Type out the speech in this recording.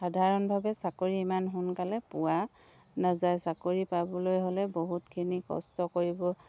সাধাৰণভাৱে চাকৰি ইমান সোনকালে পোৱা নাযায় চাকৰি পাবলৈ হ'লে বহুতখিনি কষ্ট কৰিব